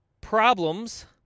Problems